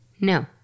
No